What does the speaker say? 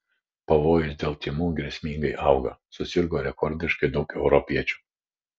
pavojus dėl tymų grėsmingai auga susirgo rekordiškai daug europiečių